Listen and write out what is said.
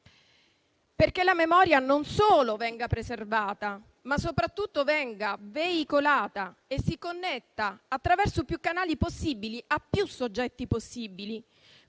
Perché la memoria non solo venga preservata, ma soprattutto venga veicolata e si connetta attraverso più canali possibili a più soggetti possibili,